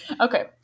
Okay